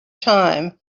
time